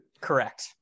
Correct